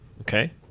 Okay